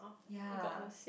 ya